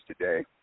today